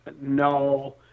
No